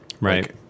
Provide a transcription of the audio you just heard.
Right